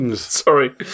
Sorry